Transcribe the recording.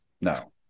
No